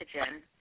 oxygen